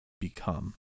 become